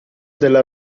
della